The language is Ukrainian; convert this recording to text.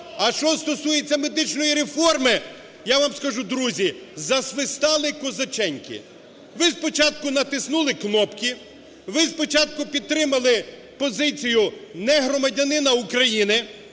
А що стосується медичної реформи, я вам скажу, друзі, засвистали козаченьки. Ви спочатку натиснули кнопки, ви спочатку підтримали позицію негромадянина України,